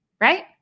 right